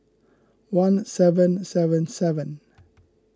one seven seven seven